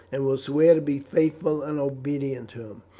and will swear to be faithful and obedient to him.